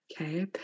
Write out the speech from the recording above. Okay